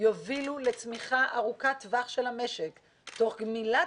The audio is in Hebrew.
יובילו לצמיחה ארוכת טווח של המשק תוך גמילת